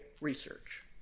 research